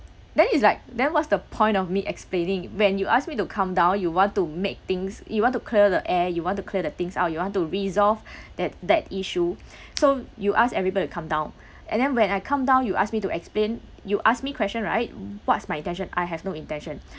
then it's like then what's the point of me explaining when you asked me to come down you want to make things you want to clear the air you want to clear the things out you want to resolve that that issue so you ask everybody to come down and then when I come down you ask me to explain you ask me question right what's my attention I have no intention